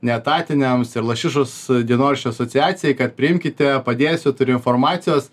neetatiniams ir lašišos dienoraščio asociacijai kad priimkite padėsiu turi informacijos